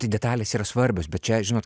tai detalės yra svarbios bet čia žinot